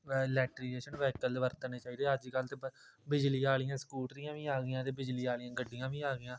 ਲੈਟਰੀਜੇਸ਼ਨ vehicle ਵਰਤਣੇ ਚਾਹੀਦੇ ਅੱਜ ਕੱਲ੍ਹ ਤਾਂ ਬਿਜਲੀ ਵਾਲੀਆਂ ਸਕੂਟਰੀਆਂ ਵੀ ਆ ਗਈਆਂ ਅਤੇ ਬਿਜਲੀ ਵਾਲੀਆਂ ਗੱਡੀਆਂ ਵੀ ਆ ਗਈਆਂ